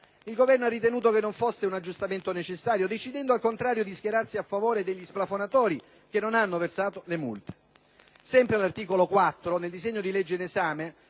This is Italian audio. Il Governo ha ritenuto che non fosse un aggiustamento necessario decidendo, al contrario, di schierarsi a favore degli splafonatori che non hanno versato le multe. Sempre all'articolo 4 del disegno di legge in esame